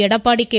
Edappadi K